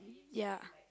ya